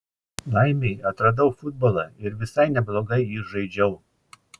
laimei atradau futbolą ir visai neblogai jį žaidžiau